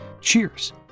Cheers